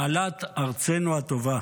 מעלת ארצנו הטובה.